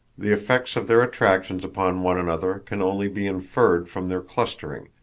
the effects of their attractions upon one another can only be inferred from their clustering,